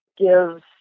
gives